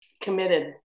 Committed